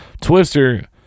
Twister